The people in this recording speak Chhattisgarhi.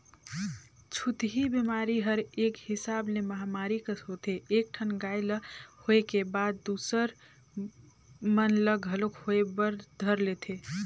छूतही बेमारी हर एक हिसाब ले महामारी कस होथे एक ठन गाय ल होय के बाद दूसर मन ल घलोक होय बर धर लेथे